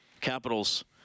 Capitals